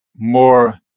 more